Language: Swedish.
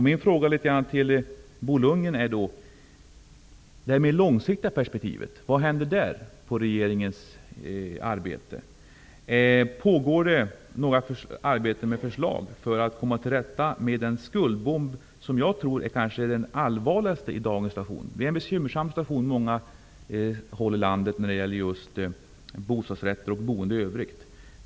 Min fråga till Bo Lundgren är: Vad händer i det långsiktiga persektivet i regeringens arbete? Pågår något arbete med att lägga fram förslag för att komma till rätta med den skuldbomb som jag tror är det kanske allvarligaste problemet i dagens situation? På många håll i landet är bostadssituationen bekymmersam när det gäller bostadsrätter och boende i övrigt.